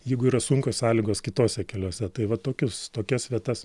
jeigu yra sunkios sąlygos kituose keliuose tai va tokius tokias vietas